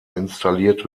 installiert